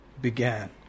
began